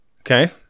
Okay